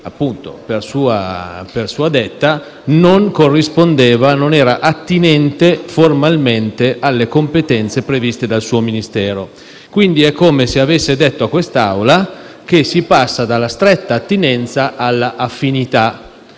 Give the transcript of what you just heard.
appunto per sua detta, non corrispondeva e non era formalmente attinente alle competenze previste dal suo Ministero. Quindi, è come se avesse detto a quest'Aula che si passa dalla stretta attinenza alla affinità,